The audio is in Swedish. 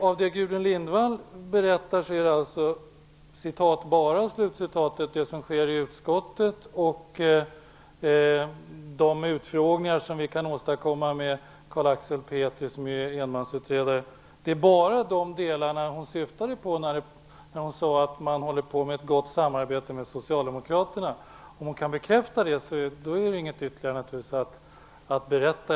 Av det Gudrun Lindvall berättar är det "bara" det som sker i utskottet och de utfrågningar som vi kan åstadkomma med Carl Axel Petri, som ju är enmansutredare, som hon syftade på när hon sade att man har ett gott samarbete med Socialdemokraterna. Om hon kan bekräfta det, finns det naturligtvis inget ytterligare att berätta.